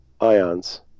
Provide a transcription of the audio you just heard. ions